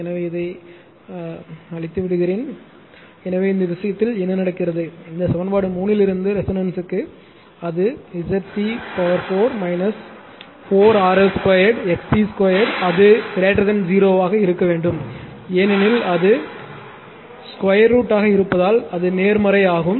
எனவே நான் இதை அழித்து விடுகிறேன் எனவே இந்த விஷயத்தில் என்ன நடக்கிறது இந்த சமன்பாடு 3 இலிருந்து ரெசோனன்ஸ்க்கு அது ZC 4 4 RL 2 XC 2 அது 0 ஆக இருக்க வேண்டும் ஏனெனில் அது 2 √ ஆக இருப்பதால் அது நேர்மறை ஆகும்